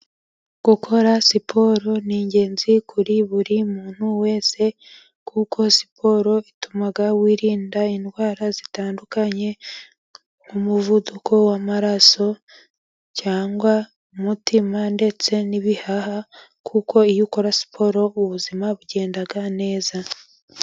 Gukora siporo ni ingenzi kuri buri muntu wese, kuko siporo ituma wirinda indwara zitandukanye nk'umuvuduko w'amaraso cyangwa umutima, ndetse n'ibihaha kuko iyo ukora siporo ubuzima bwawe bugenda neza.